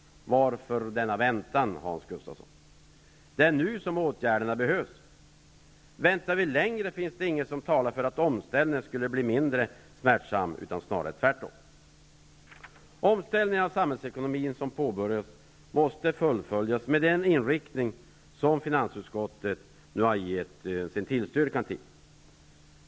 Varför denna väntan, Hans Gustafsson? Det är nu som åtgärderna behövs. Väntar vi längre, finns det inget som talar för att omställningen skulle bli mindre smärtsam, utan snarare tvärtom. Den omställning av samhällsekonomin som påbörjats måste fullföljas med den inriktning som finansutskottet nu har tillstyrkt.